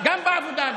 גם בעבודה,